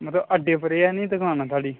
मतलब अड्डे पर गै निं दुकान थुआढ़ी